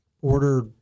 order